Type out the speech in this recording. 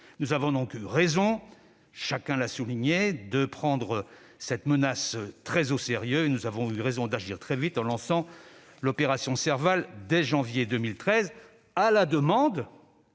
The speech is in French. Nous avons donc eu raison, chacun l'a souligné, de prendre cette menace très au sérieux et nous avons eu raison d'agir très vite en lançant l'opération Serval dès janvier 2013, à la demande